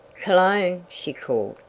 cologne! she called.